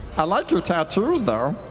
i like your tattoos, though.